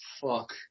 fuck